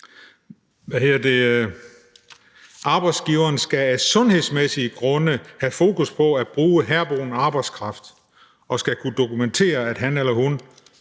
arbejdsgiveren af sundhedsmæssige grunde have fokus på at bruge herboende arbejdskraft og skal kunne dokumentere, at han eller hun